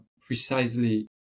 precisely